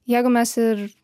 jeigu mes ir